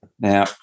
Now